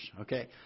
okay